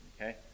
Okay